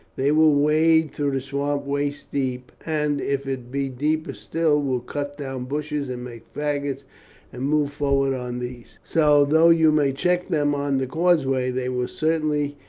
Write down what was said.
they will wade through the swamp waist deep, and, if it be deeper still, will cut down bushes and make faggots and move forward on these. so, though you may check them on the causeway, they will certainly,